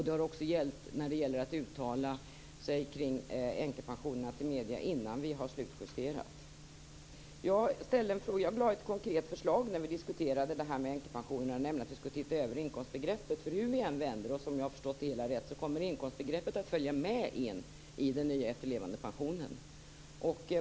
Det har också gällt uttalanden kring änkepensionerna till medierna innan vi har slutjusterat. Jag ställde en fråga. Jag lade fram ett konkret förslag när vi diskuterade änkepensionerna, nämligen att vi skulle titta över inkomstbegreppet. Hur vi än vänder oss, om jag har förstått det hela rätt, kommer inkomstbegreppet att följa med in i det nya systemet för efterlevandepension.